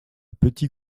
petit